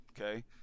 okay